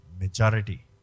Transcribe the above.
Majority